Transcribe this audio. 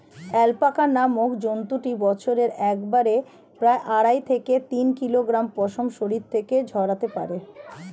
alpaca নামক জন্তুটি বছরে একবারে প্রায় আড়াই থেকে তিন কিলোগ্রাম পশম শরীর থেকে ঝরাতে পারে